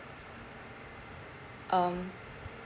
um